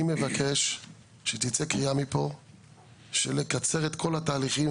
אני מבקש שתצא קריאה מפה של לקצר את כל התהליכים